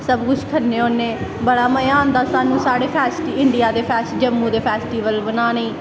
सब कुछ खन्ने होन्ने बड़ा मज़ा आंदा साह्नू साढ़े फैस्टिवल जम्मू दे फैस्टिवल बनाने ई